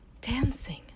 dancing